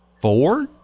Four